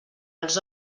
els